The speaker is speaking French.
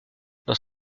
dans